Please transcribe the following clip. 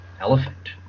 elephant